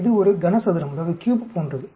இது ஒரு கன சதுரம் போன்றது